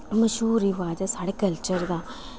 मश्हूर रवजा ऐ साढ़े कल्चर दा